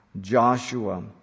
Joshua